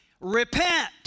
repent